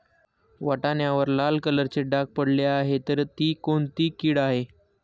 वाटाण्यावर लाल कलरचे डाग पडले आहे तर ती कोणती कीड आहे?